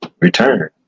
Return